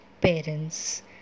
parents